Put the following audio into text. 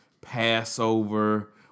Passover